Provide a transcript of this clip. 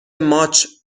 ماچ